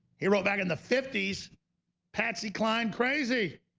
he wrote back in the fifty s patsy cline crazy